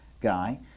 guy